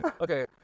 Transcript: Okay